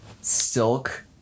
silk